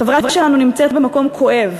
החברה שלנו נמצאת במקום כואב,